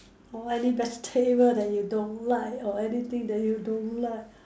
or any vegetable that you don't like or anything that you don't like